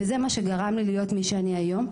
וזה מה שגרם לי להיות מי שאני היום,